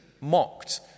mocked